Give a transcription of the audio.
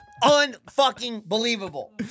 Un-fucking-believable